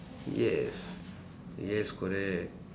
yes yes correct